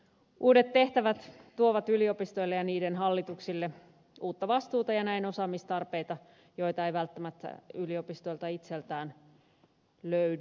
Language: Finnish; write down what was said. uudet tehtävät tuovat yliopistoille ja niiden hallituksille uutta vastuuta ja näin osaamistarpeita joita ei välttämättä yliopistoilta itseltään löydy